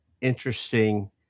interesting